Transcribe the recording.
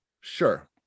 Sure